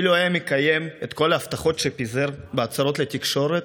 אילו היה מקיים את כל ההבטחות שפיזר בהצהרות לתקשורת,